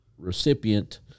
Recipient